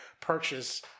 purchase